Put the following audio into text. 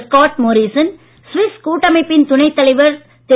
Scott Morrison Swiss கூட்டமைப்பின் துணைத் தலைவர் திரு